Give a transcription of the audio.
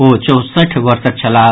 ओ चौसठि वर्षक छलाह